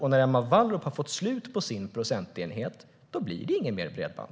Och när Emma Wallrup har fått slut på sin procentenhet blir det inget mer bredband.